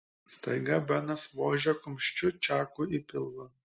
staiga benas vožė kumščiu čakui į pilvą